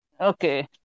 Okay